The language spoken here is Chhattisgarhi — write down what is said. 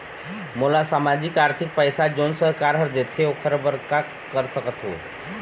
मोला सामाजिक आरथिक पैसा जोन सरकार हर देथे ओकर बर का कर सकत हो?